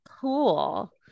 Cool